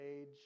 age